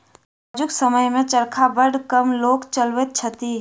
आजुक समय मे चरखा बड़ कम लोक चलबैत छथि